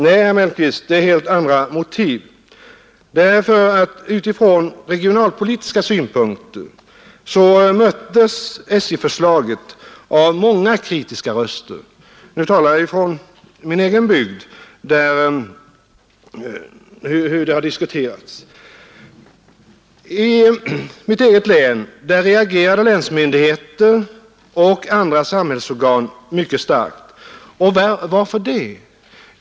Nej, herr Mellqvist, det finns helt andra motiv. Ur regionalpolitisk synpunkt möttes nämligen SJ-förslaget av många kritiska röster — och jag talar nu av erfarenheter från min egen bygd, där frågan har diskuterats. I mitt eget län reagerade länsmyndighet och andra samhällsorgan mycket starkt. Och varför?